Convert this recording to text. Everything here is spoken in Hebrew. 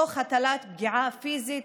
תוך הטלת פגיעה פיזית,